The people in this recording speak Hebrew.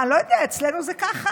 אני לא יודע, אצלנו זה ככה.